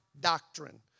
doctrine